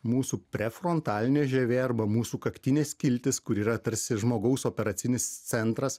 mūsų prefrontalinė žievė arba mūsų kaktinė skiltis kur yra tarsi žmogaus operacinis centras